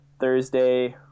thursday